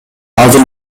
азыр